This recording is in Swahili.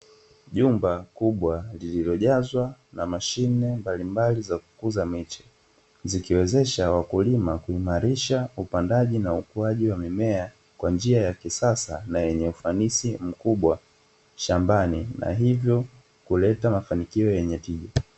Nyumba kubwa iliyojazwa na mashine mbalimbali za kukuza miche. Zikiwezesha wakulima kuimarisha upandaji na ukuaji wa mimea kwa njia ya kisasa na yenye ufanisi mkubwa shambani na hivyo kuleta mafanikio yenye tija.